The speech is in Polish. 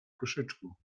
koszyku